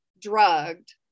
drugged